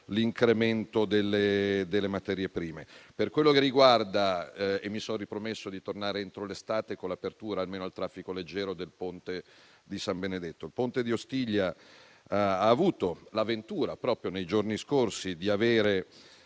l'incremento delle materie prime. Mi sono ripromesso di arrivare, entro l'estate, all'apertura almeno al traffico leggero del ponte di San Benedetto. Il ponte di Ostiglia ha avuto la ventura, proprio nei giorni scorsi, di ricevere